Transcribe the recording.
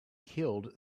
killed